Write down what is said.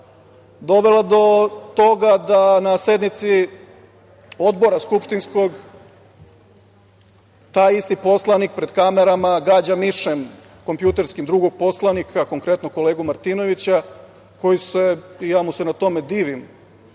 dovela do toga da na sednici odbora skupštinskog taj isti poslanik pred kamerama gađa mišem kompjuterskim drugog poslanika, konkretno kolegu Martinovića, koji se, i ja mu se na tome divim,